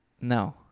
No